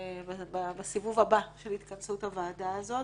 בסיבוב הבא של התכנסות הוועדה הזאת.